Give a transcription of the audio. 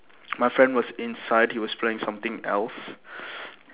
my friend was inside he was playing something else